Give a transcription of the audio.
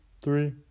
three